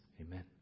Amen